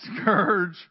scourge